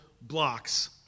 blocks